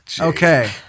Okay